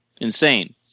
Insane